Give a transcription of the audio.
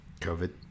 COVID